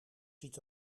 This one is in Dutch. ziet